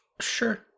sure